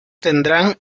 tendrán